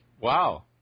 Wow